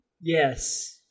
Yes